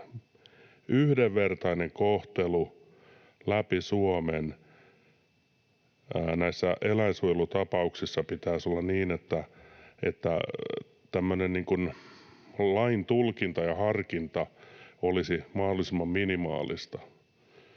yhdenvertainen kohtelu läpi Suomen näissä eläinsuojelutapauksissa pitäisi olla, niin että tämmöinen lain tulkinta ja harkinta olisi mahdollisimman minimaalista.